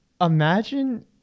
imagine